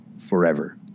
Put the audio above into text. forever